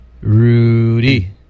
Rudy